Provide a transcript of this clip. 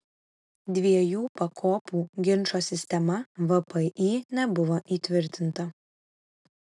dviejų pakopų ginčo sistema vpį nebuvo įtvirtinta